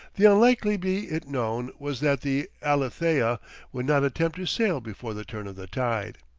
the unlikely be it known, was that the alethea would not attempt to sail before the turn of the tide.